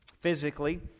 Physically